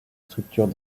structures